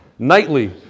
Nightly